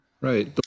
right